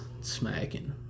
smacking